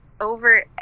over